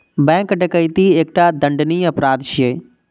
bank डकैती एकटा दंडनीय अपराध छियै